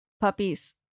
puppies